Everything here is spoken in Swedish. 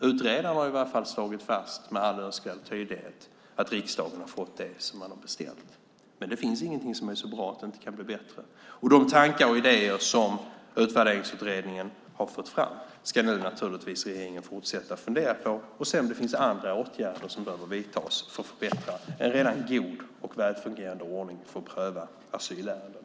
Utredaren har i alla fall med all önskvärd tydlighet slagit fast att riksdagen har fått det man har beställt. Men det finns inget som är så bra att det inte kan bli bättre. De tankar och idéer som Utvärderingsutredningen har fått fram ska regeringen nu naturligtvis fortsätta att fundera på för att se om det finns andra åtgärder som behöver vidtas för att förbättra en redan god och väl fungerande ordning för att pröva asylärenden.